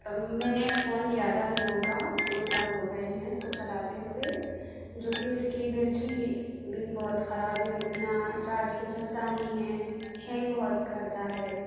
میں نے فون لیا تھا ویوو کا دو سال ہو گئے ہیں اس کو چلاتے ہوئے جوکہ اس کی بیٹری بھی بہت خراب ہے بنا چارج کے چلتا نہیں ہے ہینگ بہت کرتا ہے